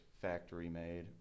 factory-made